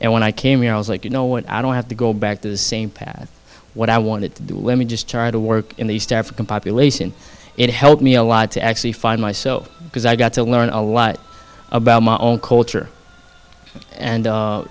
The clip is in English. and when i came here i was like you know what i don't have to go back to the same path what i wanted to let me just try to work in the east african population it helped me a lot to actually find myself because i got to learn a lot about my own culture and